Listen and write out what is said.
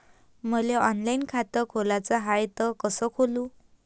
मले ऑनलाईन खातं खोलाचं हाय तर कस खोलू?